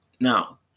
Now